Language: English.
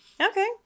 Okay